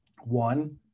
One